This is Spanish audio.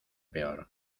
peor